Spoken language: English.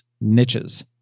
niches